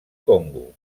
congo